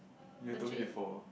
you have told me before